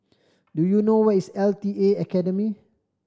do you know where is L T A Academy